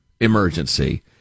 emergency